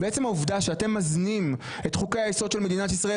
בעצם העובדה שאתם מזנים את חוקי היסוד של מדינת ישראל,